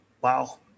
Wow